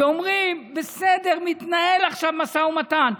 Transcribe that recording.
ואומרים: בסדר, מתנהל עכשיו משא ומתן.